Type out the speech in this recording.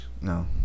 No